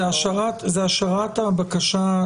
זה השארת הבקשה.